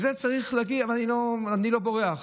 אני לא בורח,